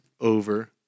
over